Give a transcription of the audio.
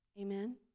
Amen